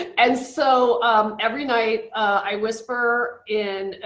and so every night, i whisper in,